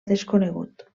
desconegut